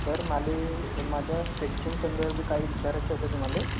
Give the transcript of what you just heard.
sir माले माझ्या section संदर्भी काही विचारायचं होतं तुमाले